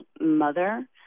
mother